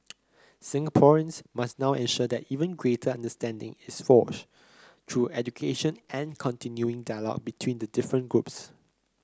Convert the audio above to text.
Singaporeans must now ensure that even greater understanding is forged through education and continuing dialogue between the different groups